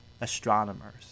astronomers